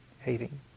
hating